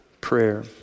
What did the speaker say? prayer